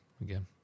again